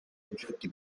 oggetti